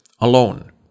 alone